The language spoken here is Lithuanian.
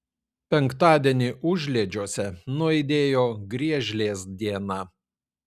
penktadienį užliedžiuose nuaidėjo griežlės diena